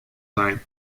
time